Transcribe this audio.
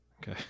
Okay